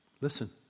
listen